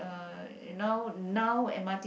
uh now now m_r_t